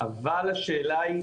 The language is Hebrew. אבל השאלה היא,